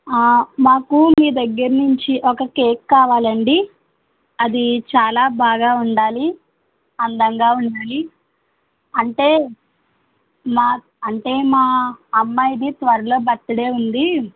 మాకు మీ దగ్గర నుంచి ఒక కేక్ కావాలండి అది చాలా బాగా ఉండాలి అందంగా ఉండాలి అంటే మా అంటే మా అమ్మాయిది త్వరలో బర్తడే ఉంది